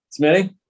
Smitty